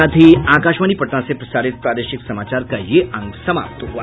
इसके साथ ही आकाशवाणी पटना से प्रसारित प्रादेशिक समाचार का ये अंक समाप्त हुआ